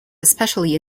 especially